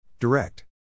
Direct